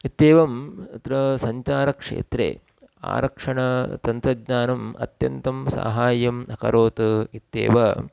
इत्येवं तत्र सञ्चारक्षेत्रे आरक्षणतन्त्रज्ञानम् अत्यन्तं साहाय्यम् अकरोत् इत्येव